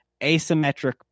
asymmetric